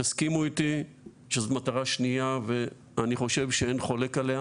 תסכימו איתי שזאת מטרה שנייה ואני חושב שאין חולק עליה